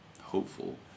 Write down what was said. hopeful